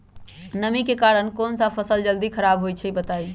नमी के कारन कौन स फसल जल्दी खराब होई छई बताई?